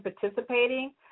participating